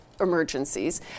emergencies